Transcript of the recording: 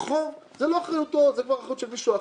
ברחוב זה לא אחריותו, זה כבר אחריות של מישהו אחר.